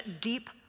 deep